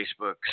Facebook